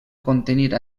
contenir